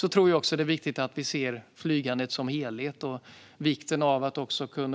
Det är också viktigt att vi ser flygandet som helhet och att vi